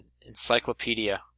encyclopedia